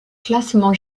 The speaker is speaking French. classement